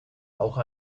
auch